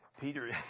Peter